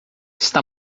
está